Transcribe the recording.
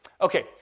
Okay